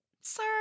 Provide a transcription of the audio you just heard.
sir